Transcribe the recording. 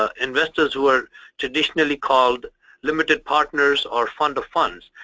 ah investors who are traditionally called limited partners or fund of funds.